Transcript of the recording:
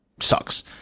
sucks